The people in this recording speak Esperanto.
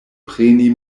preni